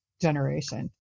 generation